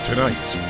Tonight